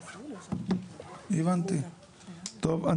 טוב,